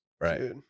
right